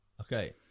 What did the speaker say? Okay